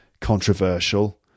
controversial